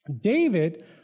David